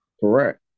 Correct